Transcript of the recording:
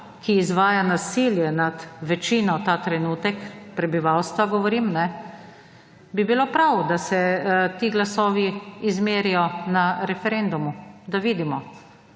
ki izvaja nasilje nad večino prebivalstva ta trenutek, bi bilo prav, da se ti glasovi izmerijo na referendumu, da vidimo,